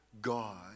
God